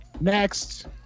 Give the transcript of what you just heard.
Next